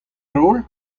roll